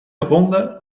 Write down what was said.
ronde